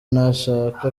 nashaka